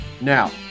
Now